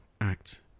act